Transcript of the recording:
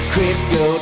Crisco